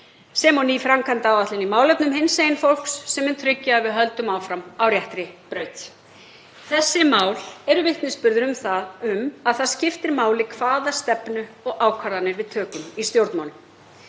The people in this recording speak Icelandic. og ný framkvæmdaáætlun í málefnum hinsegin fólks sem mun tryggja að við höldum áfram á réttri braut. Þessi mál eru vitnisburður um að það skiptir máli hvaða stefnu og ákvarðanir við tökum í stjórnmálum.